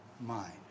mind